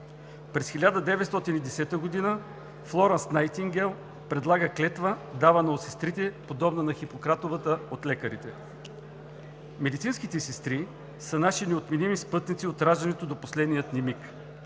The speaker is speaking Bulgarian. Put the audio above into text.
През 1910 г. Флорънс Найтингейл предлага клетва, давана от сестрите, подобна на Хипократовата от лекарите. Медицинските сестри са наши неотменими спътници от раждането до последния ни миг.